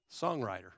songwriter